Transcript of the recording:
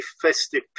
festive